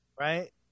right